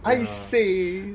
aiseh